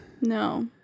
No